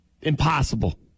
impossible